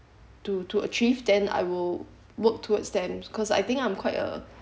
to to achieve then I will work towards them cause I think I'm quite a